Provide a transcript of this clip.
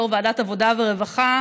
יו"ר ועדת העבודה והרווחה: